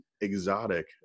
exotic